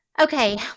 Okay